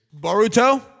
Baruto